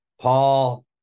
paul